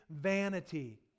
vanity